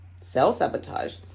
self-sabotage